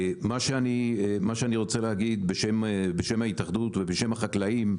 מה שאני רוצה להגיד, בשם ההתאחדות ובשם החקלאים,